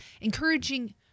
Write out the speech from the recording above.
encouraging